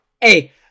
hey